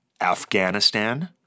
Afghanistan